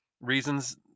reasons